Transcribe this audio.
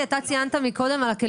יש כרגע מכרז באוויר,